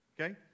Okay